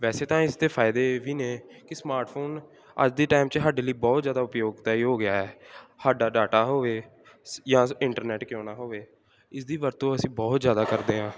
ਵੈਸੇ ਤਾਂ ਇਸ ਤੇ ਫਾਇਦੇ ਵੀ ਨੇ ਕਿ ਸਮਾਰਟਫੋਨ ਅੱਜ ਦੀ ਟਾਈਮ 'ਚ ਸਾਡੇ ਲਈ ਬਹੁਤ ਜ਼ਿਆਦਾ ਉਪਯੋਗਤਾਈ ਹੋ ਗਿਆ ਹੈ ਸਾਡਾ ਡਾਟਾ ਹੋਵੇ ਜਾਂ ਇੰਟਰਨੈਟ ਕਿਉਂ ਨਾ ਹੋਵੇ ਇਸ ਦੀ ਵਰਤੋਂ ਅਸੀਂ ਬਹੁਤ ਜ਼ਿਆਦਾ ਕਰਦੇ ਹਾਂ